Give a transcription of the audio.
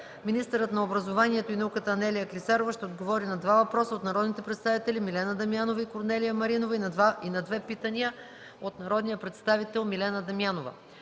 Министърът на образованието и науката Анелия Клисарова ще отговори на два въпроса от народните представители Милена Дамянов и Корнелия Маринова, и на две питания от народния представител Милена Дамянова.